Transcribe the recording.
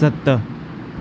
सत